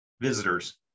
Visitors